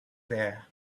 there